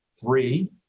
three